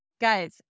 guys